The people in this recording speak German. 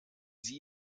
sie